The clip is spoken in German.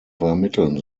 vermitteln